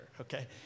okay